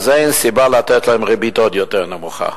אז אין סיבה לתת להם ריבית עוד יותר נמוכה.